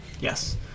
Yes